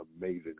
amazing